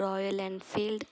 Royal Enfield